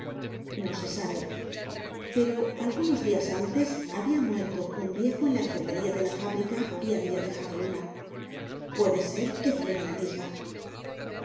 no se sabe pero algunos dias antes habia muerto un viejo en la enfermería de la fábrica y habia dejado una puede ser que fuera la misma